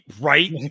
right